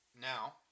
Now